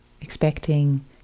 expecting